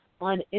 On